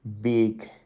big